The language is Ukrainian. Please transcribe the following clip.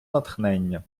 натхнення